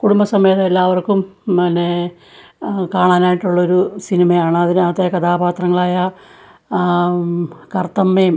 കുടുംബസമേതം എല്ലാവർക്കും പിന്നേ കാണാനായിട്ടുള്ളൊരു സിനിമയാണ് അതിനകത്തെ കഥാപാത്രങ്ങളായ കറുത്തമ്മയും